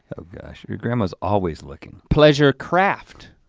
oh gosh, your grandma's always looking. pleasure craft,